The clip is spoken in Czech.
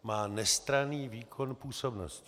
Má nestranný výkon působnosti.